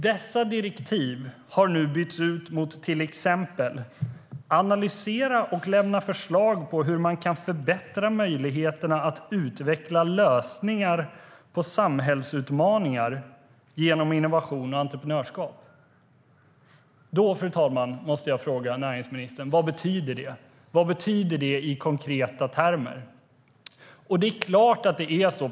Dessa direktiv har nu bytts ut mot till exempel: analysera och lämna förslag på hur man kan förbättra möjligheterna att utveckla lösningar på samhällsutmaningar genom innovation och entreprenörskap. Fru talman! Jag måste fråga näringsministern: Vad betyder det i konkreta termer?